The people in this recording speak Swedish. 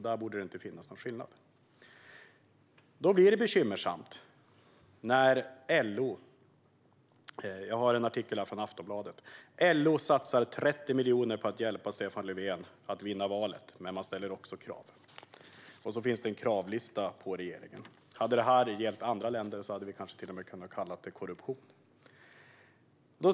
Det borde inte finnas någon skillnad i det avseendet. Det blir dock bekymmersamt när LO satsar 30 miljoner på att hjälpa Stefan Löfven att vinna valet och också tänker ställa krav. Detta står att läsa i en artikel i Aftonbladet. Här finns även en kravlista på regeringen. Om detta hade skett i andra länder hade vi kanske till och med kunnat kalla det korruption.